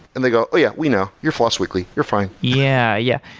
and they oh, yeah. we know. you're floss weekly. you're fine. yeah yeah.